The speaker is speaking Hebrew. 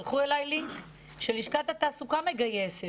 שלחו אליי לינק שלשכת התעסוקה מגייסת.